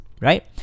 right